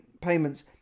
payments